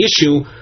issue